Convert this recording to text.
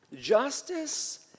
justice